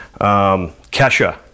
Kesha